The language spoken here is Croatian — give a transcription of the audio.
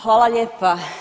Hvala lijepa.